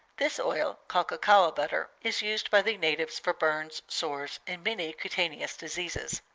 this oil, called cacao-butter, is used by the natives for burns, sores, and many cutaneous diseases.